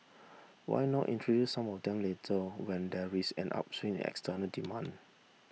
why not introduce some of them later when there is an upswing external demand